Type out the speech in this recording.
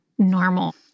normal